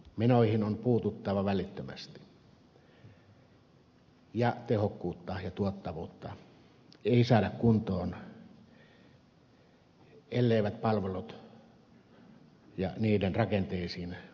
menoihin on puututtava välittömästi ja tehokkuutta ja tuottavuutta ei saada kuntoon ellei palveluihin ja niiden rakenteisiin puututa jatkossa